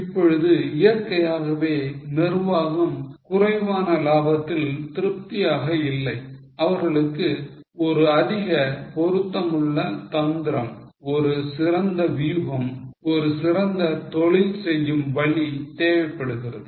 இப்பொழுது இயற்கையாகவே நிர்வாகம் குறைவான லாபத்தில் திருப்தியாக இல்லை அவர்களுக்கு ஒரு அதிக பொருத்தமுள்ள தந்திரம் ஒரு சிறந்த வியூகம் ஒரு சிறந்த தொழில் செய்யும் வழி தேவைப்படுகிறது